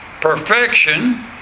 Perfection